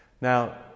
Now